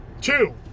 two